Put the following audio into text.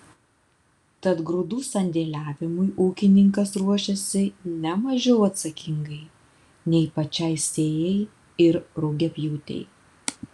tad grūdų sandėliavimui ūkininkas ruošiasi ne mažiau atsakingai nei pačiai sėjai ir rugiapjūtei